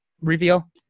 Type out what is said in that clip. reveal